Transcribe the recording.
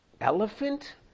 Elephant